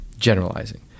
generalizing